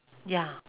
ya